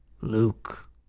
Luke